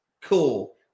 Cool